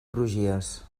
crugies